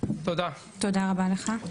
תודה רבה לך.